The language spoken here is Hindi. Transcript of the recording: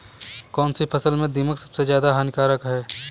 कौनसी फसल में दीमक सबसे ज्यादा हानिकारक है?